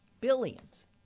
billions